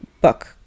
book